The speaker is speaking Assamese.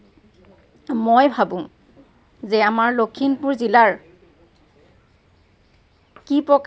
মই ভাবোঁ যে আমাৰ লখিমপুৰ জিলাৰ